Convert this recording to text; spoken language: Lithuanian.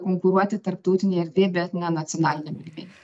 konkuruoti tarptautinėj erdvėj bet ne nacionaliniam lygmeny